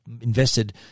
invested